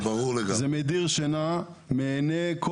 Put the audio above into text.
מדירה שינה מעיניהם.